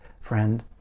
friend